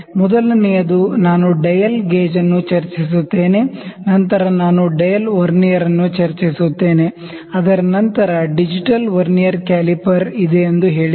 ಮೊದಲನೆಯದು ನಾನು dial gauge ಅನ್ನು ಚರ್ಚಿಸುತ್ತೇನೆ ನಂತರ ನಾನು ಡಯಲ್ ವರ್ನಿಯರ್ ಅನ್ನು ಚರ್ಚಿಸುತ್ತೇನೆ ಅದರ ನಂತರ ಡಿಜಿಟಲ್ ವರ್ನಿಯರ್ ಕ್ಯಾಲಿಪರ್ಸ್ ಇದೆ ಎಂದು ಹೇಳಿದ್ದೆ